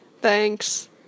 Thanks